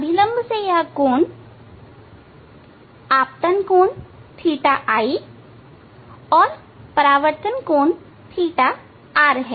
अभिलम्ब से यह कोण आपतित कोण ɵi और परावर्तित कोण ɵr है